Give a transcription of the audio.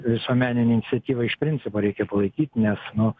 visuomeninę iniciatyvą iš principo reikia palaikyt nes nu